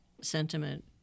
sentiment